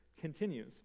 continues